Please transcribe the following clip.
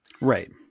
Right